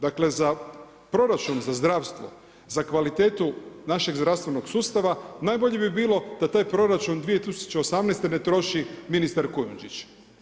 Dakle, za proračun za zdravstvo, za kvalitetu našeg zdravstvenog sustava, najbolje bi bilo da taj proračun 2018. ne troši ministar Kujundžić.